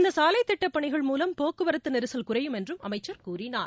இந்த சாலை திட்டப்பணிகள் மூலம் போக்குவரத்து நெிசல் குறையும் என்றும் அமைச்சா் கூறினார்